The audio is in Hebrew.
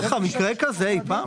היה לך מקרה כזה אי פעם?